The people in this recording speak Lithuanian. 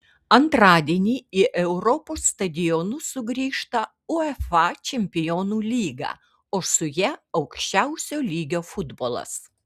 antradienį į europos stadionus sugrįžta uefa čempionų lyga o su ja aukščiausio lygio futbolas